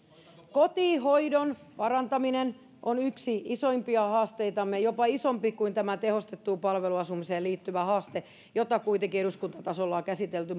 kotihoidon parantaminen on yksi isoimpia haasteitamme jopa isompi kuin tämä tehostettuun palveluasumiseen liittyvä haaste jota kuitenkin eduskuntatasolla on käsitelty